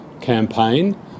campaign